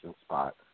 spot